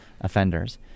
offenders